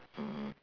mm